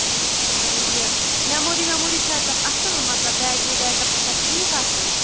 ٹھیٖک اۭن یہِ میٚموری ویٚموری چھا تَتھ اَصٕل مطلب بیٹری بیک اپ چھُ سا ٹھیٖک آسان